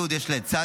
י' יש לה צ',